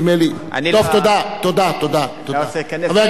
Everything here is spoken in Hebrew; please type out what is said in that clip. תיכף אתה תדבר.